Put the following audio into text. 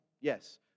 Yes